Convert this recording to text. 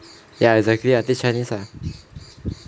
ya exactly ah teach chinese ah